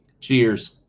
Cheers